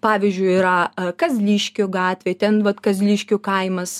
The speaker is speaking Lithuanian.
pavyzdžiui yra kazliškių gatvėj ten vat kazliškių kaimas